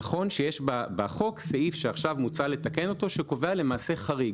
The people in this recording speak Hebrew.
נכון שיש בחוק סעיף שעכשיו מוצע לתקן אותו שקובע חריג.